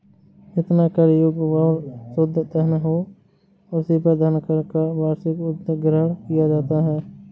जितना कर योग्य या शुद्ध धन हो, उसी पर धनकर का वार्षिक उद्ग्रहण किया जाता है